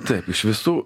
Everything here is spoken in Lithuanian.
taip iš visų